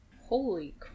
Holy